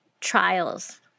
trials